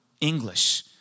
English